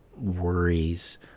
worries